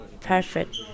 perfect